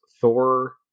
thor